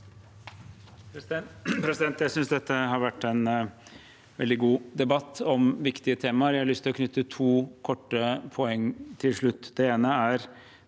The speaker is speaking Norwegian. Jeg synes det- te har vært en veldig god debatt om viktige temaer. Jeg har lyst til å nevne to korte poeng til slutt.